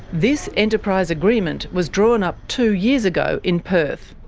this enterprise agreement was drawn up two years ago in perth.